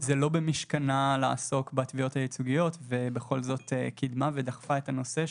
זה לא במשכנה לעסוק בתביעות הייצוגיות ובכל זאת קידמה ודחפה את הנושא,